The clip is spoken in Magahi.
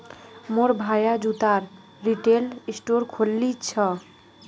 मोर भाया जूतार रिटेल स्टोर खोलील छ